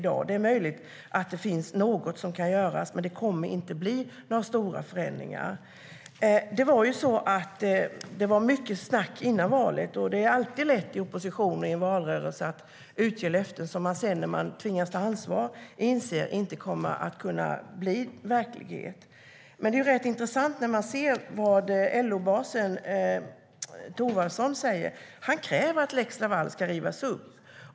Det är möjligt att det finns något som kan göras, men det kommer inte att bli några stora förändringar. Det är rätt intressant vad LO-basen Thorwaldsson skriver - han kräver att lex Laval ska rivas upp.